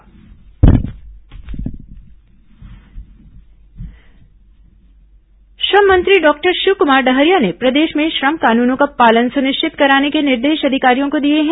श्रम कानून पालन श्रम मंत्री डॉक्टर शिवकुमार डहरिया ने प्रदेश में श्रम कानूनों का पालन सुनिश्चित कराने के निर्देश अधिकारियों को दिए हैं